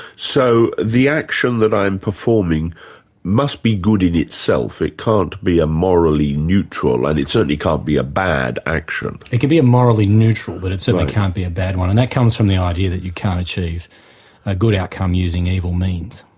so the action that i'm performing must be good in itself. it can't be a morally neutral, and it certainly can't be a bad action. it can be amorally neutral but it certainly can't be a bad one, and that comes from the idea that you can't achieve a good outcome using evil means.